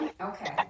Okay